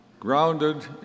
grounded